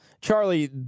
charlie